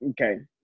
Okay